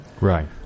Right